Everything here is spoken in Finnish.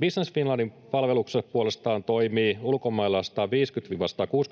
Business Finlandin palveluksessa puolestaan toimii ulkomailla